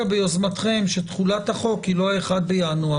מיוזמתכם שתחולת החוק היא לא 1 בינואר.